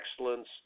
excellence